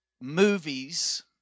movies